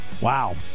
Wow